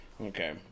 Okay